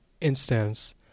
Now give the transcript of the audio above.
instance